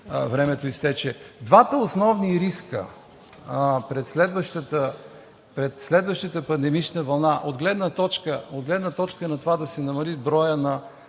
времето изтече. Двата основни риска пред следващата пандемична вълна, от гледна точка на това да се намали броят на